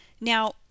Now